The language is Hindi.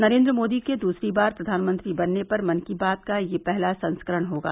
नरेन्द्र मोदी के दूसरी बार प्रधानमंत्री बनने पर मन की बात का यह पहला संस्करण होगा